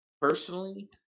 personally